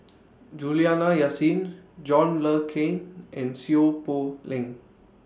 Juliana Yasin John Le Cain and Seow Poh Leng